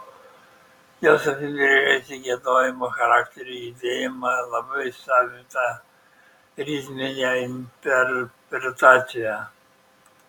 jos apibrėžė tik giedojimo charakterį judėjimą labai savitą ritminę interpretaciją